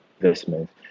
investments